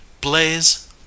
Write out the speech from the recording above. Blaze